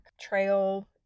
trail